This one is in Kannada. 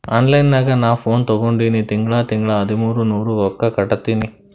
ಆನ್ಲೈನ್ ನಾಗ್ ನಾ ಫೋನ್ ತಗೊಂಡಿನಿ ತಿಂಗಳಾ ತಿಂಗಳಾ ಹದಿಮೂರ್ ನೂರ್ ರೊಕ್ಕಾ ಕಟ್ಟತ್ತಿನಿ